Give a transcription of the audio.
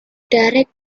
direct